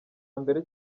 mbere